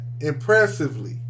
impressively